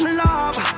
love